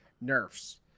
nerfs